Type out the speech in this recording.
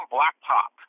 Blacktop